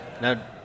Now